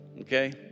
okay